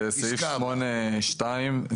זה סעיף 8(2)(א)